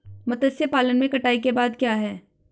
मत्स्य पालन में कटाई के बाद क्या है?